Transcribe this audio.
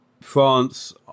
France